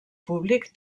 públic